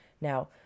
Now